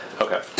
Okay